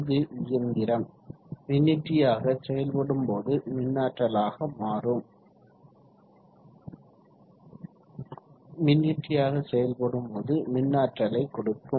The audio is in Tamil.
இது இயந்திரம் மின்னியற்றியாக செயல்படும் போது மின்னாற்றலாக கொடுக்கும்